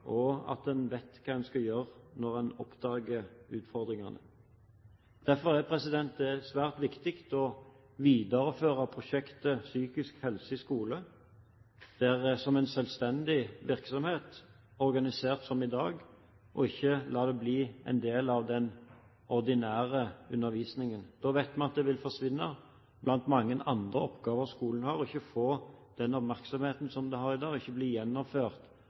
og at en vet hva en skal gjøre når en oppdager utfordringene. Derfor er det svært viktig å videreføre prosjektet «Psykisk helse i skolen» som en selvstendig virksomhet organisert som i dag, og ikke la det bli en del av den ordinære undervisningen. Da vet vi at det vil forsvinne blant mange andre oppgaver skolen har, ikke få den oppmerksomhet som det har i dag, og ikke bli gjennomført